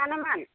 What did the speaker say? मानोमोन